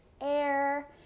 air